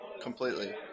Completely